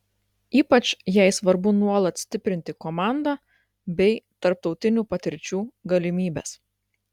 ypač jai svarbu nuolat stiprinti komandą bei tarptautinių patirčių galimybes